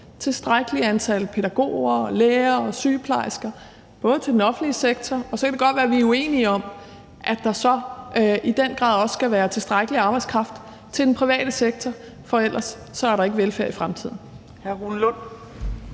tilstrækkeligt antal pædagoger, læger og sygeplejersker til den offentlige sektor. Og så kan det godt være, at vi er uenige om, at der så i den grad også skal være tilstrækkelig arbejdskraft til den private sektor, for ellers er der ikke velfærd i fremtiden.